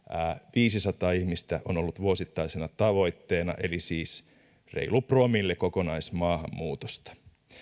viisisataa ihmistä on ollut vuosittaisena tavoitteena eli siis reilu promille kokonaismaahanmuutosta